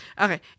Okay